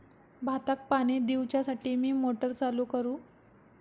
भाताक पाणी दिवच्यासाठी मी मोटर चालू करू?